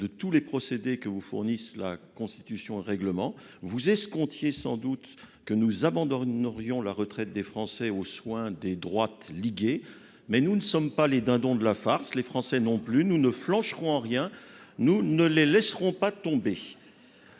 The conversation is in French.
de tous les procédés que vous fournissent la Constitution et le règlement du Sénat. Vous escomptiez sans doute que nous abandonnerions la retraite des Français au soin des droites liguées. Nous ne sommes pas les dindons de la farce, les Français non plus. Nous ne flancherons pas ; nous ne les laisserons pas tomber.